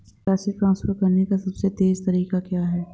पैसे ट्रांसफर करने का सबसे तेज़ तरीका क्या है?